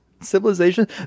Civilization